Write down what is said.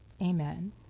Amen